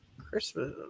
Christmas